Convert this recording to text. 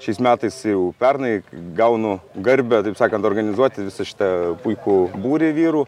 šiais metais jau pernai gaunu garbę taip sakant organizuoti visą šitą puikų būrį vyrų